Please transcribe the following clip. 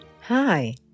Hi